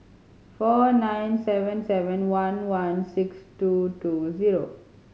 four nine seven seven one one six two two zero